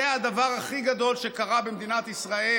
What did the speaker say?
זה הדבר הכי גדול שקרה במדינת ישראל.